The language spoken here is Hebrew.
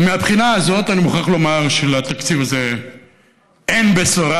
ומהבחינה הזאת אני מוכרח לומר שלתקציב הזה אין בשורה,